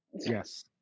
Yes